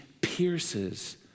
pierces